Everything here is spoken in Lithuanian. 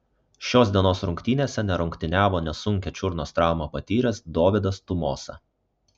šios dienos rungtynėse nerungtyniavo nesunkią čiurnos traumą patyręs dovydas tumosa